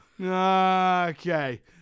Okay